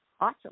Awesome